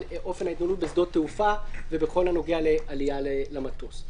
אופן ההתנהלות בשדות תעופה ובכל הנוגע לעלייה למטוס.